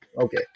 okay